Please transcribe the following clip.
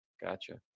Gotcha